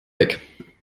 weg